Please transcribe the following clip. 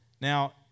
Now